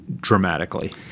dramatically